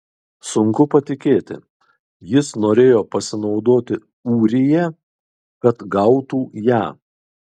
sunku patikėti jis norėjo pasinaudoti ūrija kad gautų ją